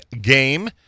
game